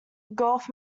gulf